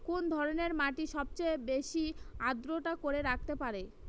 কোন ধরনের মাটি সবচেয়ে বেশি আর্দ্রতা ধরে রাখতে পারে?